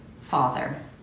Father